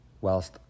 whilst